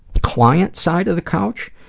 the client side of the couch,